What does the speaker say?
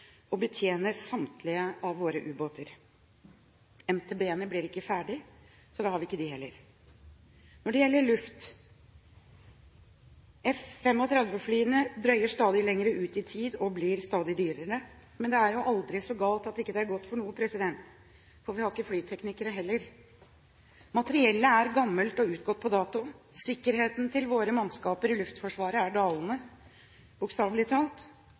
samtlige av våre ubåter. MTB-ene blir ikke ferdige, så da har vi ikke dem heller. Når det gjelder Luftforsvaret: F-35-flyene drøyer stadig lenger ut i tid, og blir stadig dyrere. Men det er aldri så galt at det ikke er godt for noe – for vi har ikke flyteknikere heller. Materiellet er gammelt og utgått på dato. Sikkerheten til våre mannskaper i Luftforsvaret er dalende, bokstavelig talt.